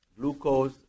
glucose